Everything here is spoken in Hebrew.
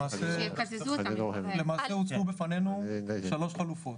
למעשה, הוצגו בפנינו שלוש חלופות.